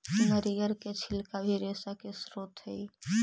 नरियर के छिलका भी रेशा के स्रोत हई